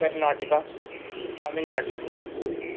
Karnataka Tamil Nadu